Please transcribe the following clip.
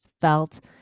felt